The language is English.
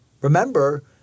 remember